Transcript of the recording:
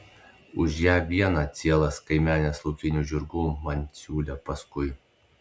už ją vieną cielas kaimenes laukinių žirgų man siūlė paskui